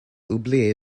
oublié